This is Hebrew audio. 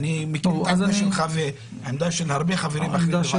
אני יודע מה העמדה שלך ושל הרבה חברים אחרים שמתנגדים לחוק הזה.